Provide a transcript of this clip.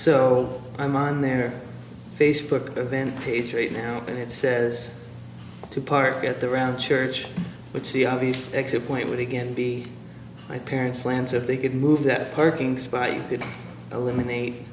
so i'm on their facebook event page right now and it says to park at the round church which the obvious exit point would again be my parents lance if they could move that parking spot i could eliminate